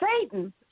Satan